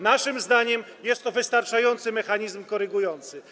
Naszym zdaniem jest to wystarczający mechanizm korygujący.